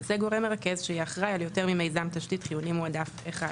זה גורם מרכז שיהיה אחראי על יותר ממיזם תשתית חיוני מועדף אחד.